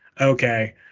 okay